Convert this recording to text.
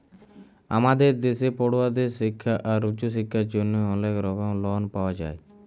আমাদের দ্যাশে পড়ুয়াদের শিক্খা আর উঁচু শিক্খার জ্যনহে অলেক রকম লন পাওয়া যায়